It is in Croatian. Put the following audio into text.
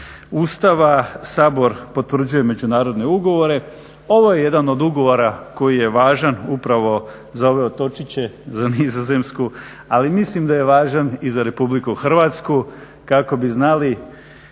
Ustava Sabor potvrđuje međunarodne ugovore. Ovo je jedan od ugovora koji je važan upravo za ove otočiće, za Nizozemsku ali mislim da je važan i za RH kako bi znali